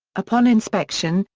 upon inspection,